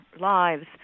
lives